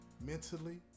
mentally